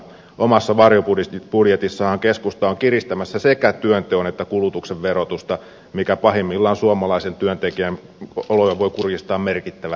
omassa varjobudjetissaanhan keskusta on kiristämässä sekä työnteon että kulutuksen verotusta mikä pahimmillaan voi kurjistaa suomalaisen työntekijän oloja merkittävällä tavalla